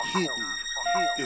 Hidden